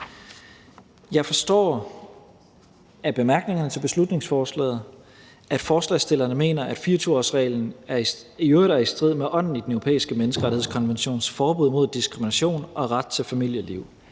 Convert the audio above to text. Jeg forstår af bemærkningerne til beslutningsforslaget, at forslagsstillerne mener, at 24-årsreglen i øvrigt er i strid med ånden i Den Europæiske Menneskerettighedskonventions forbud mod diskrimination og ret til familieliv.